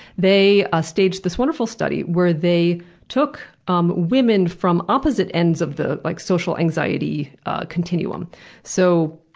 they ah staged this wonderful study where they took um women from opposite ends of the like social anxiety continuum so,